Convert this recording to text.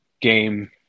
game